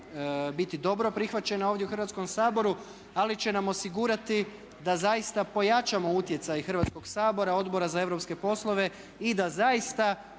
biti dobro prihvaćena ovdje u Hrvatskom saboru ali će vam osigurati da zaista pojačamo utjecaj Hrvatskog sabora, Odbora za europske poslove i da zaista